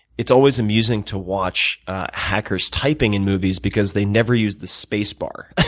it's always amusing to watch hackers typing in movies because they never use the spacebar.